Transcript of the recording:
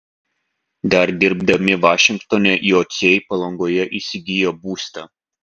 dar dirbdami vašingtone jociai palangoje įsigijo būstą